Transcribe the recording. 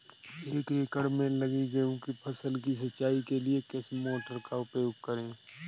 एक एकड़ में लगी गेहूँ की फसल की सिंचाई के लिए किस मोटर का उपयोग करें?